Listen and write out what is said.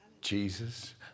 Jesus